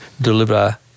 deliver